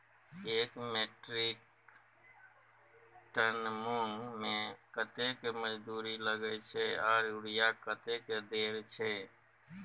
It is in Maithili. एक मेट्रिक टन मूंग में कतेक मजदूरी लागे छै आर यूरिया कतेक देर छै?